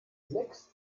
flex